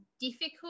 difficult